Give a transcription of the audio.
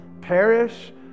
perish